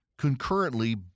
concurrently